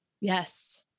Yes